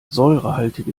säurehaltige